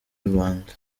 rubanda